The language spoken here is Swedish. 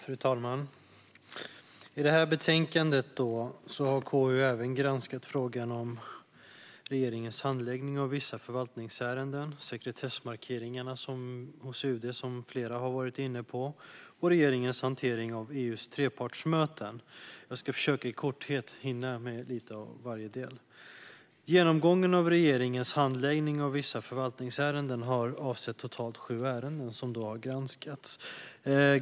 Fru talman! I detta betänkande har KU även granskat frågan om regeringens handläggning av vissa förvaltningsärenden, de sekretessmarkeringar hos UD som flera har varit inne på och regeringens hantering av EU:s trepartsmöten. Jag ska försöka att i korthet hinna med lite av varje del. Genomgången av regeringens handläggning av vissa förvaltningsärenden har avsett totalt sju ärenden som har granskats.